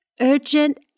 urgent